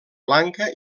blanca